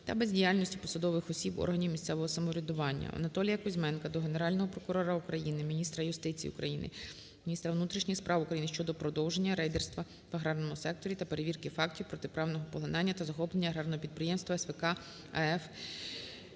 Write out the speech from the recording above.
та бездіяльності посадових осіб органів місцевого самоврядування. Анатолія Кузьменка до Генерального прокурора України, міністра юстиції України, міністра внутрішніх справ України щодо продовження рейдерства в аграрному секторі та перевірки фактів протиправного поглинання та захоплення аграрного підприємства СВК АФ